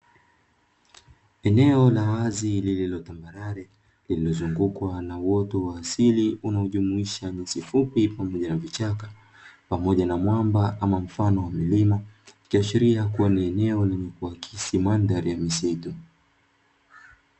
Eneo la wazi lililo tambarare, lililozingukwa na uoto wa asili unaojumuisha nyasi fupi pamoja na vichaka, pamoja na mwamba ama mfano wa milima, ikiashiria kuwa ni eneo lenye kuakisi mandhari ya misitu.